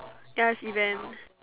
you want to see them